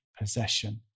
possession